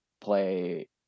play